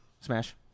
Smash